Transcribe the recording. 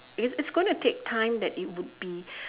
because it's going to take time that it would be